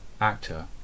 actor